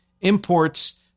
imports